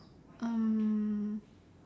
um